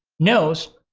knows,